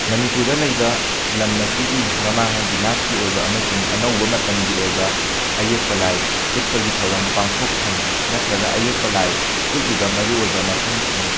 ꯃꯅꯤꯄꯨꯔꯗ ꯂꯩꯕ ꯂꯝ ꯑꯁꯤꯒꯤ ꯃꯃꯥꯡꯉꯩꯒꯤ ꯅꯥꯠꯀꯤ ꯑꯣꯏꯕ ꯑꯃꯁꯨꯡ ꯑꯅꯧꯕ ꯃꯇꯝꯒꯤ ꯑꯣꯏꯕ ꯑꯌꯦꯛꯄ ꯂꯥꯏ ꯎꯠꯄꯒꯤ ꯊꯧꯔꯝ ꯄꯥꯡꯊꯣꯛꯐꯝ ꯅꯠꯇ꯭ꯔꯒ ꯑꯌꯦꯛꯄ ꯂꯥꯏ ꯎꯠꯂꯤꯕ ꯃꯔꯨ ꯑꯣꯏꯕ ꯃꯐꯝꯁꯤꯡ